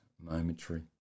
momentary